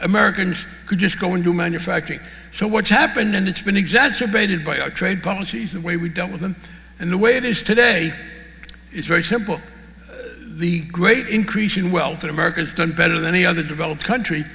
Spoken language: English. americans could just go into manufacturing so what's happened and it's been exacerbated by a trade and she's the way we dealt with them and the way it is today is very simple the great increase in wealth in america is done better than any other developed country